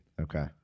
Okay